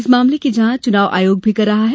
इस मामले की जांच चुनाव आयोग भी कर रहा है